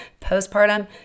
postpartum